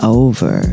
over